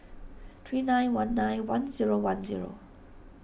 three nine one nine one zero one zero